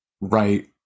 right